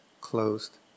closed